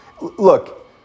Look